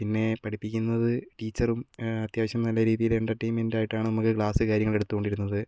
പിന്നെ പഠിപ്പിക്കുന്നത് ടീച്ചറും അത്യാവശ്യം നല്ല രീതിയിൽ എൻ്റർടൈൻമെൻ്റായിട്ടാണ് നമുക്ക് ക്ലാസ്സ് കാര്യങ്ങൾ എടുത്തുകൊണ്ടിരുന്നത്